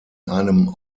einem